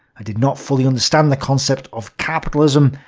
i did not fully understand the concept of capitalism,